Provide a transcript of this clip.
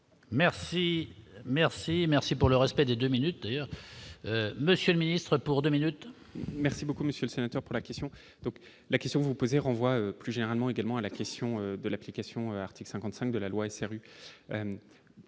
Merci, merci, merci pour le respect des 2 minutes d'ailleurs, monsieur le ministre, pour 2 minutes. Merci beaucoup monsieur le sénateur pour la question, donc, la question que vous posez renvoie plus généralement également à la question de l'application article 55 de la loi SRU